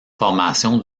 formations